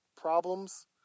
problems